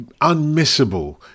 unmissable